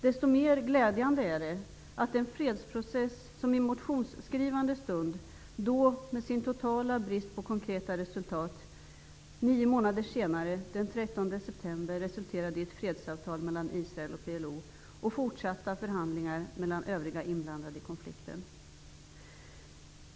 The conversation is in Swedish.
Desto mer glädjande är det att den fredsprocess som i motionsskrivande stund visade total brist på konkreta resultat nio månader senare, den 13 september, resulterade i ett fredsavtal mellan Israel och PLO och fortsatta förhandlingar mellan övriga inblandade i konflikten.